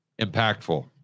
impactful